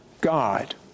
God